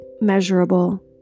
measurable